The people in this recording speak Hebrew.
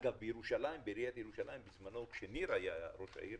אגב בעיריית ירושלים בזמנו כשניר ברקת היה ראש העיר